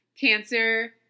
cancer